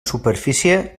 superfície